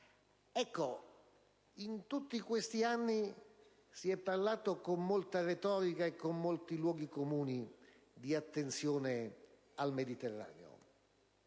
In tutti questi anni si è parlato con molta retorica e con molti luoghi comuni di attenzione al Mediterraneo.